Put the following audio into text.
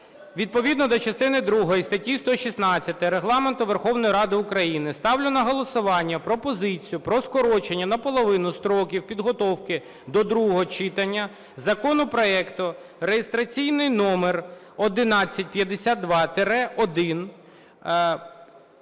відповідно до частини другої статті 116 Регламенту Верховної Ради України ставлю на голосування пропозицію про скорочення наполовину строків підготовки до другого читання законопроекту реєстраційний номер 1152-1